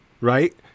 right